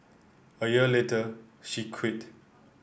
a year later she quit